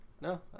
No